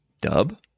Dub